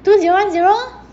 two zero one zero lor